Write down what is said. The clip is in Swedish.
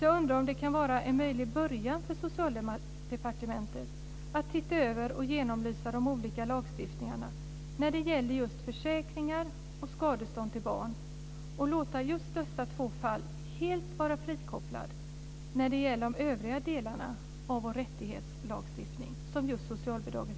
Jag undrar om det kan vara en möjlig början för Socialdepartementet att se över och genomlysa de olika lagstiftningarna när det gäller just försäkringar och skadestånd till barn och låta dessa två fall helt vara frikopplade från övriga delar av vår rättighetslagstiftning såsom t.ex. socialbidraget.